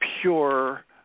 pure